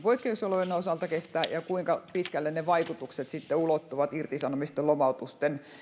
poikkeusolojen osalta kestää ja kuinka pitkälle ne vaikutukset sitten ulottuvat irtisanomisten lomautusten